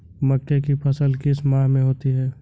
मक्के की फसल किस माह में होती है?